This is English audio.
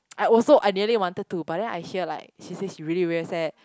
I also I nearly wanted to but then I hear like she say she really very sad